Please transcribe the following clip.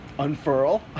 unfurl